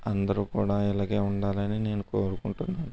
అందరు కూడా ఇలాగే ఉండాలని నేను కోరుకుంటున్నాను